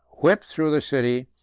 whipped through the city,